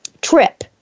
trip